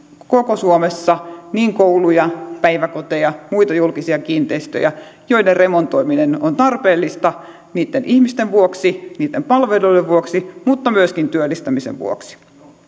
koko suomessa niin kouluja päiväkoteja kuin muitakin julkisia kiinteistöjä joiden remontoiminen on tarpeellista niitten ihmisten vuoksi niitten palveluiden vuoksi mutta myöskin työllistämisen vuoksi